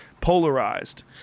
polarized